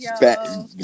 yo